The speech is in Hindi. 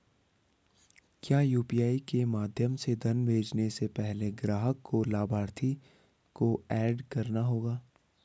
क्या यू.पी.आई के माध्यम से धन भेजने से पहले ग्राहक को लाभार्थी को एड करना होगा?